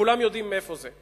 כולם יודעים איפה זה.